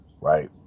right